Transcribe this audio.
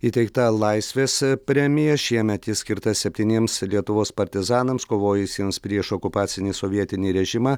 įteikta laisvės premija šiemet ji skirtas septyniems lietuvos partizanams kovojusiems prieš okupacinį sovietinį režimą